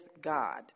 God